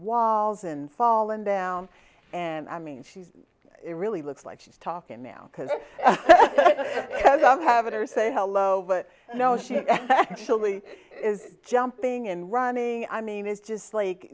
walls and fallen down and i mean she's it really looks like she's talking now because i don't have it or say hello but you know she actually is jumping and running i mean it's just like